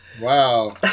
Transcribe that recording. Wow